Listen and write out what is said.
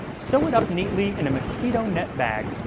sew it up neatly in a mosquito-net bag,